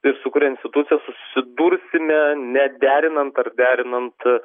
ir su kuria institucija susidursime nederinant ar derinant